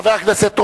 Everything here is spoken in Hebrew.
חבר הכנסת רותם,